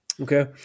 Okay